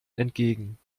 entgegen